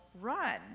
run